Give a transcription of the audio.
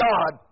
God